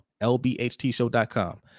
lbhtshow.com